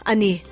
Ani